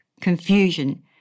confusion